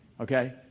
Okay